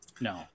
No